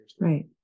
Right